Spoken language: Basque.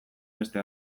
beste